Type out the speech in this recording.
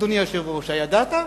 הידעת?